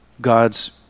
God's